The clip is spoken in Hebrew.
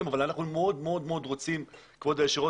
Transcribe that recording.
אבל אנחנו מאוד מאוד רוצים להתקדם.